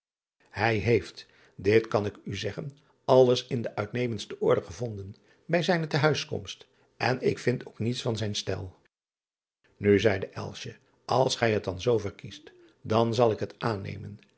ij heeft dit kan ik u zeggen alles in de uitnemendste orde gevonden bij zijne te huiskomst en ik vind ook niets van zijn stel u zeide als gij het dan zoo verkiest dan zal ik het aannemen